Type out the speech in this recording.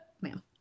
ma'am